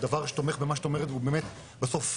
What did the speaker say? הדבר שתומך במה שאת אומרת הוא באמת, בסוף,